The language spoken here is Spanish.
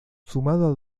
sumado